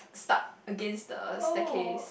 stuck against the staircase